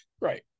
Right